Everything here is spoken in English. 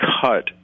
cut